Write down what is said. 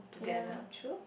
ya true